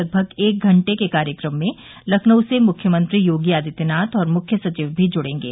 लगभग एक घटे के कार्यक्रम में लखनऊ से मुख्यमंत्री योगी आदित्यनाथ व मुख्य सचिव भी जुडेंगे